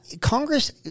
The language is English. Congress